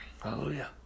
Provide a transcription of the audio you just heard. Hallelujah